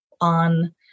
on